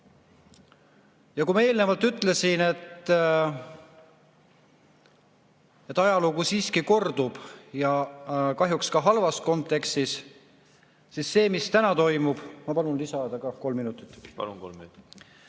Kui me eelnevalt ütlesin, et ajalugu siiski kordub ja kahjuks halvas kontekstis, siis see, mis täna toimub ... Ma palun lisaaega ka, kolm minutit.